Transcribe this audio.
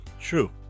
True